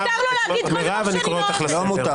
מירב, אני קורא אותך לסדר.